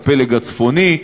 הפלג הצפוני,